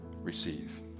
receive